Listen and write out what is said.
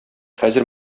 хәзер